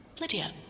Lydia